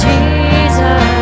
Jesus